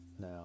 Now